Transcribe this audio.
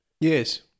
Yes